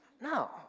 No